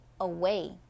away